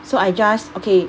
so I just okay